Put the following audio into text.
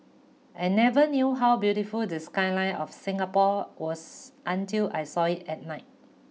I never knew how beautiful the skyline of Singapore was until I saw it at night